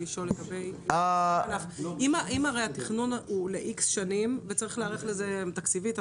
אם התכנון הוא ל-X שנים וצריך להיערך לזה תקציבית,